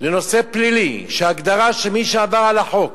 לנושא פלילי, כשההגדרה שמי שעבר על החוק